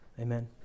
Amen